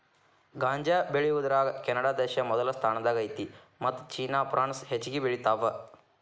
ಗಾಂಜಾ ಬೆಳಿಯುದರಾಗ ಕೆನಡಾದೇಶಾ ಮೊದಲ ಸ್ಥಾನದಾಗ ಐತಿ ಮತ್ತ ಚೇನಾ ಪ್ರಾನ್ಸ್ ಹೆಚಗಿ ಬೆಳಿತಾವ